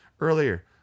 earlier